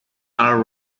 are